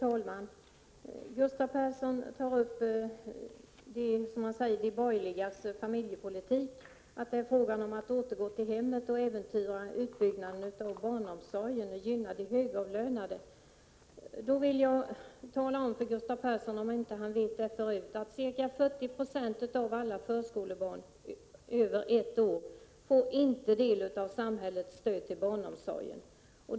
Fru talman! Gustav Persson säger om de borgerligas familjepolitik, som han kallar den, att det är fråga om att återgå till hemmet och äventyra utbyggnaden av barnomsorgen och gynna de högavlönade. Jag vill tala om för honom, om han inte vet det förut, att ca 40 92 av alla förskolebarn över ett år inte får del av samhällets stöd till barnomsorgen.